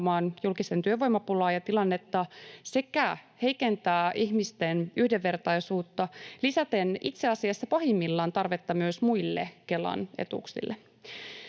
julkisen työvoimapulaa ja tilannetta sekä heikentää ihmisten yhdenvertaisuutta lisäten itse asiassa pahimmillaan tarvetta myös muille Kelan etuuksille.